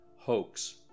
hoax